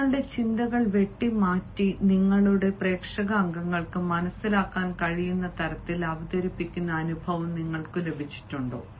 നിങ്ങളുടെ ചിന്തകൾ വെട്ടിമാറ്റി നിങ്ങളുടെ പ്രേക്ഷക അംഗങ്ങൾക്ക് മനസ്സിലാക്കാൻ കഴിയുന്ന തരത്തിൽ അവതരിപ്പിക്കുന്ന അനുഭവം നിങ്ങൾക്ക് ലഭിച്ചിട്ടുണ്ടോ